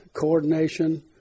coordination